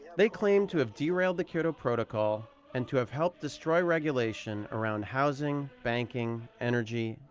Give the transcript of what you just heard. they claim to have derailed the kyoto protocol and to have helped destroy regulation around housing, banking, energy,